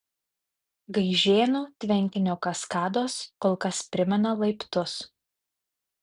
gaižėnų tvenkinio kaskados kol kas primena laiptus